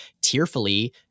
tearfully